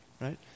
Right